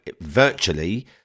virtually